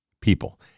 people